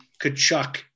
Kachuk